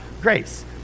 grace